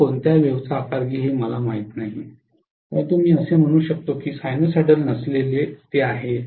तो कोणत्या वेव्ह चा आकार घेईल हे मला माहित नाही परंतु मी म्हणू शकतो की ते सायनुसायडल नसलेले आहे